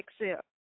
accept